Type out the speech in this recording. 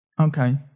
Okay